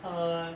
err